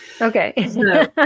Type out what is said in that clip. Okay